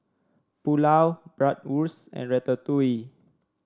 Pulao Bratwurst and Ratatouille